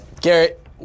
Garrett